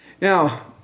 Now